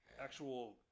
actual